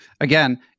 again